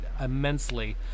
immensely